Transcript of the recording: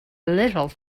little